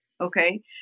Okay